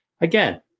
Again